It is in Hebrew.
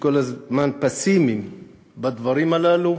שכל הזמן פסימיים בדברים הללו,